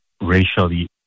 racially